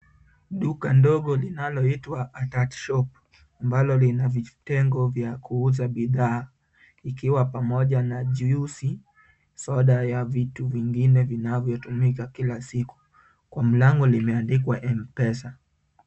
Duka ndogo linaloitwa Atah shop ambalo lina vitengo vya kuuza bidhaa ikiwa pamoja na juisi , soda ya vitu vingine vinavyotumika kila siku. Kwa mlango limeandikwa M-Pesa.